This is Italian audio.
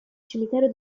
cimitero